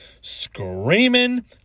screaming